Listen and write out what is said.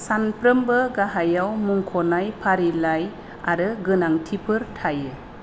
सानफ्रोमबो गाहायाव मुंख'नाय फारिलाय आरो गोनांथिफोर थायो